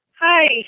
Hi